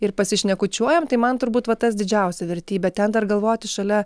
ir pasišnekučiuojam tai man turbūt va tas didžiausia vertybė ten dar galvoti šalia